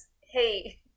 hey